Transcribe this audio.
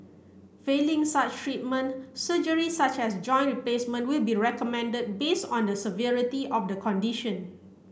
failing such treatment surgery such as joint replacement will be recommended based on the severity of the condition